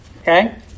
Okay